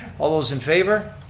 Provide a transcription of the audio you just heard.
all those in favor,